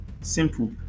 Simple